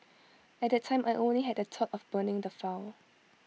at that time I only had the thought of burning the file